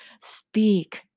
speak